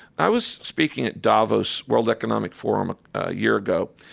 i was speaking at davos' world economic forum a year ago,